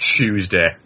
Tuesday